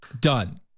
Done